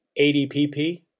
ADPP